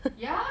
yeah